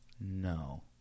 No